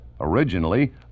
Originally